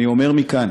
אני אומר מכאן: